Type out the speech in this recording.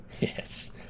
Yes